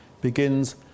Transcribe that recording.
begins